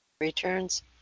Returns